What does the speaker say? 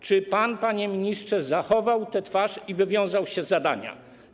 Czy pan, panie ministrze, zachował tę twarz i wywiązał się z zadania?